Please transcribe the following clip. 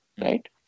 right